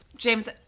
James